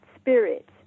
spirit